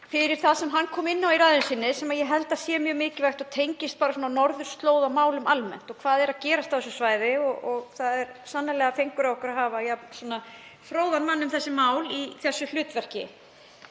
fyrir það sem hann kom inn á í ræðu sinni, sem ég held að sé mjög mikilvægt. Það tengist norðurslóðamálum almennt og hvað er að gerast á því svæði og sannarlega fengur fyrir okkur að hafa svo fróðan mann um þessi mál í þessu hlutverki.